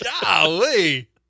Golly